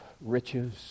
riches